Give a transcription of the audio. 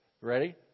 Ready